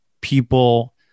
people